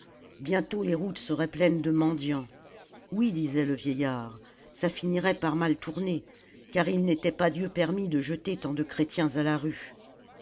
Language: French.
bientôt les routes seraient pleines de mendiants oui disait le vieillard ça finirait par mal tourner car il n'était pas dieu permis de jeter tant de chrétiens à la rue